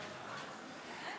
להלן